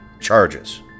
charges